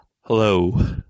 Hello